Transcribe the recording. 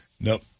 Nope